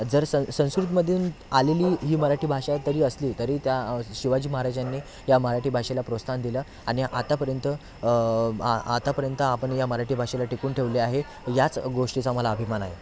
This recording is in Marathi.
जर सं संस्कृतमधून आलेली ही मराठी भाषा आहे तरी असली तरी त्या शिवाजी महाराजांनी या मराठी भाषेला प्रोत्साहन दिलं आणि आतापर्यंत आ आतापर्यंत आपण या मराठी भाषेला टिकवून ठेवली आहे याच गोष्टीचा मला अभिमान आहे